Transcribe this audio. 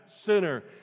sinner